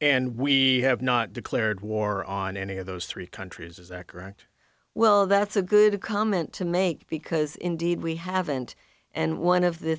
and we have not declared war on any of those three countries is that correct well that's a good comment to make because indeed we haven't and one of the